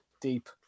deep